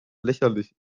lächerlich